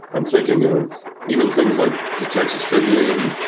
i'm thinking of even things like the texas tribune,